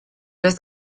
oes